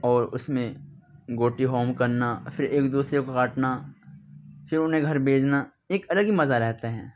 اور اس میں گوٹی ہوم کرنا پھر ایک دوسرے کو کاٹنا پھر انہیں گھر بھیجنا ایک الگ ہی مزا رہتا ہے